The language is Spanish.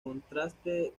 contraste